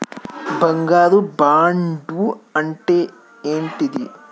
బంగారు బాండు అంటే ఏంటిది?